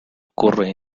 ocurre